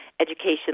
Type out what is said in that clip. education